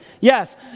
Yes